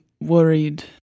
worried